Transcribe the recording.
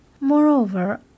Moreover